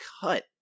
Cut